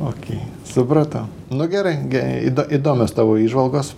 okei supratau nu gerai gi ido įdomios tavo įžvalgos